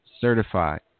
Certified